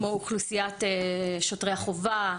כמו אוכלוסיית שוטרי החובה,